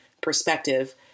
perspective